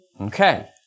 Okay